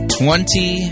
twenty